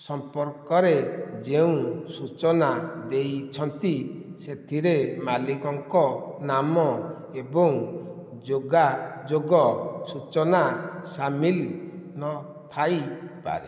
ସମ୍ପର୍କରେ ଯେଉଁ ସୂଚନା ଦେଇଛନ୍ତି ସେଥିରେ ମାଲିକଙ୍କ ନାମ ଏବଂ ଯୋଗାଯୋଗ ସୂଚନା ସାମିଲ ନଥାଇପାରେ